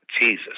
Jesus